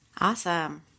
awesome